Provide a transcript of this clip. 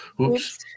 oops